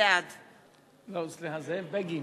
בעד לא, סליחה, זאב בגין.